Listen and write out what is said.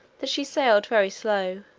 that she sailed very slow,